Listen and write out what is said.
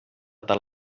tal